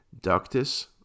ductus